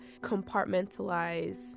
compartmentalize